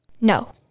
No